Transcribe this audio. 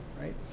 right